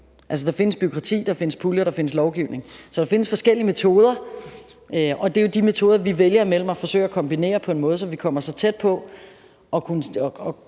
der findes bureaukrati, der findes puljer, og der findes lovgivning. Så der findes forskellige metoder, og det er jo de metoder, vi vælger imellem og forsøger at kombinere på en måde, så vi kommer så tæt på,